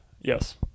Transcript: Yes